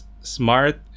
smart